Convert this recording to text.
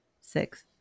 six